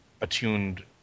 attuned